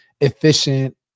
efficient